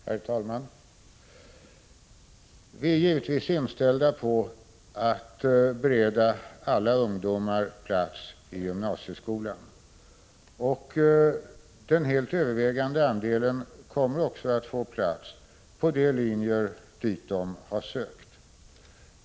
Herr talman! Vi är i regeringen givetvis inställda på att bereda alla ungdomar plats i gymnasieskolan. Den helt övervägande andelen kommer också att få plats på de linjer dit de har sökt.